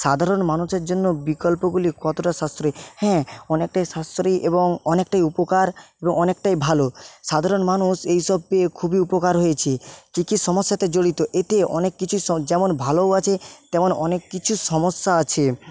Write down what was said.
সাধারণ মানুষের জন্য বিকল্পগুলি কতটা সাশ্রয়ী হ্যাঁ অনেকটাই সাশ্রয়ী এবং অনেকটাই উপকার এবং অনেকটাই ভালো সাধারণ মানুষ এইসব পেয়ে খুবই উপকার হয়েছে কী কী সমস্যাতে জড়িত এতে অনেক কিছু যেমন ভালোও আছে তেমন অনেক কিছু সমস্যা আছে